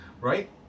right